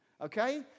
okay